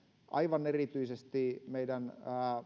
aivan erityisesti meidän